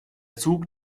zug